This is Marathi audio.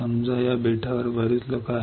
समजा या बेटावर बरेच लोक आहेत